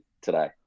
today